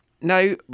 Now